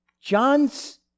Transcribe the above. John's